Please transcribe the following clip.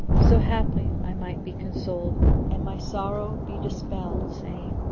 so haply i might be consoled and my sorrow be dispelled, saying,